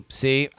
see